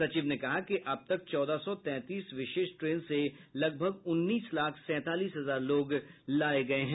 सचिव ने कहा कि अब तक चौदह सौ तैंतीस विशेष ट्रेन से लगभग उन्नीस लाख सैंतालीस हजार लोग लाये गये हैं